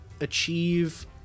achieve